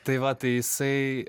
tai va tai jisai